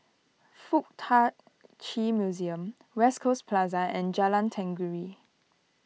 Fuk Tak Chi Museum West Coast Plaza and Jalan Tenggiri